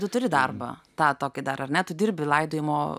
tu turi darbą tą tokį dar ar ne tu dirbi laidojimo